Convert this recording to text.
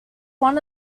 one